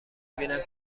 بینم